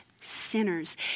sinners